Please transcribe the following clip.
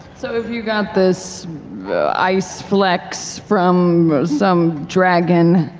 so if you got this iceflex from some dragon,